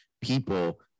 people